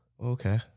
Okay